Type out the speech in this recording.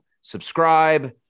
subscribe